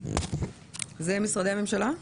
הגיע נציג משרד המשפטים.